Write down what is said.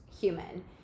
human